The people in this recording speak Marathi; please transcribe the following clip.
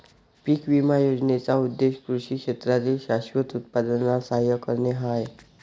पीक विमा योजनेचा उद्देश कृषी क्षेत्रातील शाश्वत उत्पादनाला सहाय्य करणे हा आहे